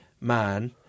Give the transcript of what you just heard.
man